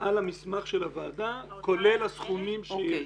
על המסמך של הוועדה, כולל הסכומים בו.